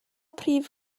prif